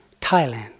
Thailand